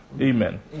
amen